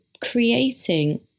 creating